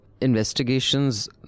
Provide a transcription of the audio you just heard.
investigations